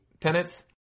tenants